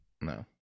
no